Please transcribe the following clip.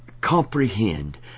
comprehend